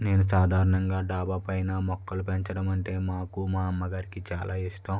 నేను సాధారణంగా డాబా పైన మొక్కలు పెంచడం అంటే మాకు మా అమ్మగారికి చాలా ఇష్టం